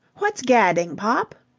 what's gadding, pop?